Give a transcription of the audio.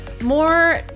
more